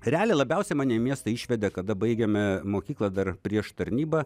realiai labiausiai mane į miestą išvedė kada baigėme mokyklą dar prieš tarnybą